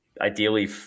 ideally